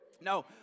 no